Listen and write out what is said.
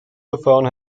verfahren